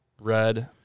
red